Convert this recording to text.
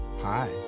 Hi